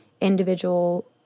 individual